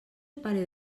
parer